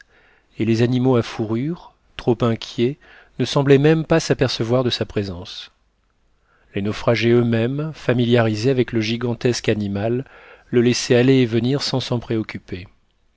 et les animaux à fourrures trop inquiets ne semblaient même pas s'apercevoir de sa présence les naufragés eux-mêmes familiarisés avec le gigantesque animal le laissaient aller et venir sans s'en préoccuper